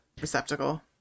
receptacle